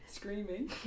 screaming